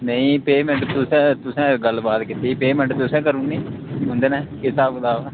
नेईं पेमैंट तुसें तुसें गल्लबात कीती पेमैंट तुसें करी ओड़नी बन्दे ने केह् स्हाब कताब ऐ